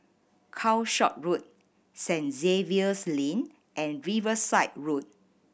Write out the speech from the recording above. Calshot Road St Xavier's Lane and Riverside Road